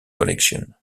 collection